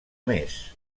més